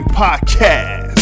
podcast